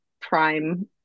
prime